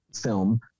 film